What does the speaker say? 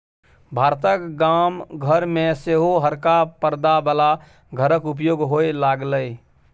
भारतक गाम घर मे सेहो हरका परदा बला घरक उपयोग होए लागलै